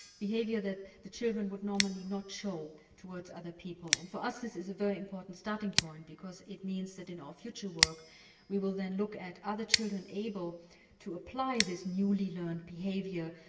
behaviour that the children would normally not show towards other people. and for us this is a very important starting point because it means that in our future work we will then look at the children able to apply this newly learned behaviour,